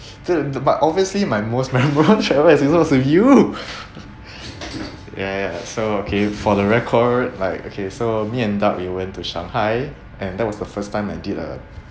still the but obviously my most memorable you ya ya so okay for the record like okay so me and duck we went to shanghai and that was the first time I did a